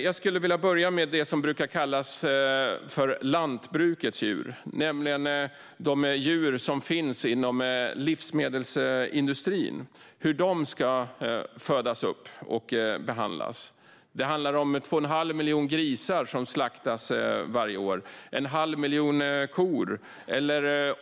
Jag vill börja med det som brukar kallas för lantbrukets djur, nämligen de djur som finns inom livsmedelsindustrin och hur de ska födas upp och behandlas. Varje år slaktas 2 1⁄2 miljon grisar och en halv miljon kor.